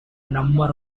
number